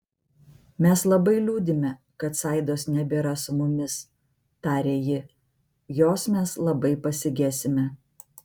mes labai liūdime kad saidos nebėra su mumis tarė ji jos mes labai pasigesime